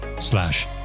slash